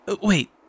Wait